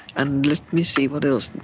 and, let me see, what else?